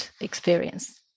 experience